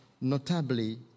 notably